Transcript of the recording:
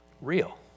real